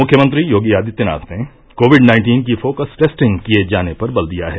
मुख्यमंत्री योगी आदित्यनाथ ने Covid nineteen की फोकस टेस्टिंग किये जाने पर बल दिया है